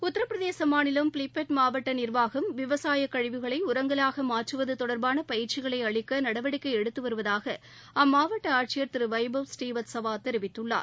உத்திரபிரதேச மாநிலம் பிலிப்பெட் மாவட்ட நிர்வாகம் விவசாய கழிவுகளை உரங்களாக மாற்றுவது தொடர்பாக பயிற்சிகளை அளிக்க நடவடிக்கை எடுத்து வருவதாக அம்மாவட்ட ஆட்சியர் திரு வைபவ் புநீவத்சவா தெரிவித்துள்ளார்